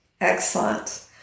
Excellent